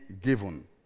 given